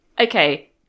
Okay